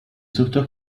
sauveteurs